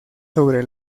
sobre